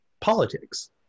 politics